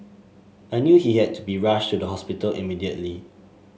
I knew he had to be rushed to the hospital immediately